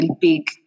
big